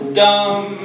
dumb